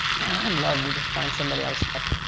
man, i'd love to just find somebody i was like,